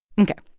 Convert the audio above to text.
ok